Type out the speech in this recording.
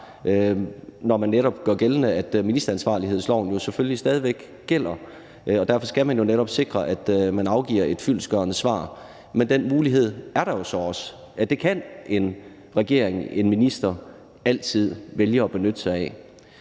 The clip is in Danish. når man netop gør gældende, at ministeransvarlighedsloven selvfølgelig stadig væk gælder, og derfor skal man netop sikre, at man afgiver et fyldestgørende svar, men den mulighed er der jo så også, altså at det kan en regering, en minister altid vælge at benytte sig af.